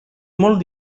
molt